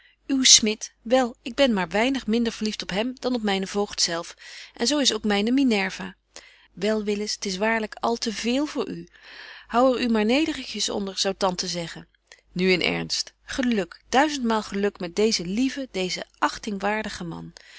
uw smit wel ik ben maar weinig minder verlieft op hem dan op mynen voogd zelf en zo is ook myne minerva wel willis t is waarlyk al te véél voor u hou er u maar nederigjes onder zou tante zeggen nu in ernst geluk duizend maal geluk met deezen lieven deezen achtingwaardigen man